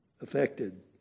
affected